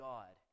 God